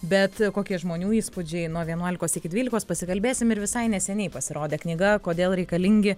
bet kokie žmonių įspūdžiai nuo vienuolikos iki dvylikos pasikalbėsim ir visai neseniai pasirodė knyga kodėl reikalingi